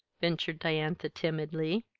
ventured diantha, timidly.